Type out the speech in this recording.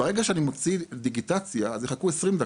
ברגע שאני מוציא דיגיטציה אז יחכו כ-20 דקות,